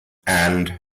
and